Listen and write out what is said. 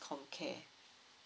comcare